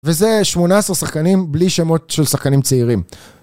וזה 18 שחקנים בלי שמות של שחקנים צעירים.